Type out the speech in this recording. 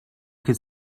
could